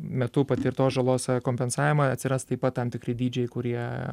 metu patirtos žalos kompensavimą atsiras taip pat tam tikri dydžiai kurie